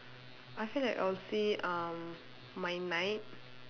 I feel like I'll see um my night